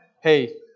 hey